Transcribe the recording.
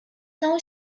não